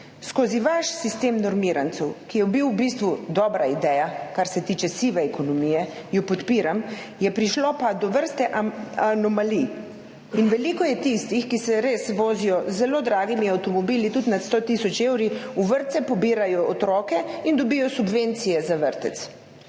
Skozi vaš sistem normirancev, ki je bil v bistvu dobra ideja, kar se tiče sive ekonomije, idejo podpiram, je prišlo pa do vrste anomalij. Veliko je tistih, ki se res vozijo z zelo dragimi avtomobili, tudi nad 100 tisoč evri, v vrtce, pobirajo otroke in dobijo subvencije za vrtec.